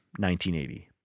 1980